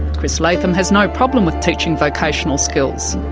chris latham has no problem with teaching vocational skills,